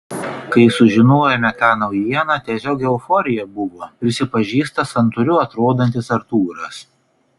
kai sužinojome tą naujieną tiesiog euforija buvo prisipažįsta santūriu atrodantis artūras